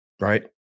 right